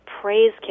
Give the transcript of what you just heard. praise